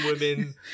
women